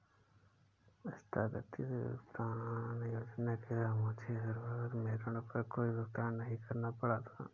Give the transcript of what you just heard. आस्थगित भुगतान योजना के तहत मुझे शुरुआत में ऋण पर कोई भुगतान नहीं करना पड़ा था